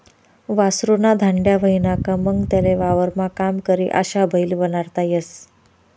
वासरु ना धांड्या व्हयना का मंग त्याले वावरमा काम करी अशा बैल बनाडता येस